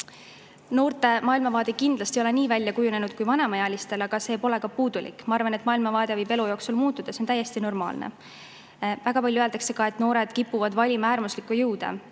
Noorte maailmavaade kindlasti ei ole nii välja kujunenud kui vanemaealistel, aga see pole ka puudulik. Ma arvan, et maailmavaade võib elu jooksul muutuda, see on täiesti normaalne. Väga palju ka öeldakse, et noored kipuvad valima äärmuslikke jõude,